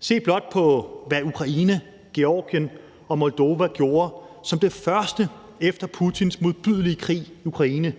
Se blot på, hvad Ukraine, Georgien og Moldova gjorde som det første efter Putins modbydelige krig i Ukraine.